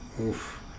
Oof